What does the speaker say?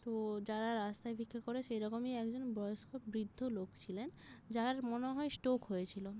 তো যারা রাস্তায় ভিক্ষে করে সেরকমই একজন বয়স্ক বৃদ্ধ লোক ছিলেন যার মনে হয় স্ট্রোক হয়েছিল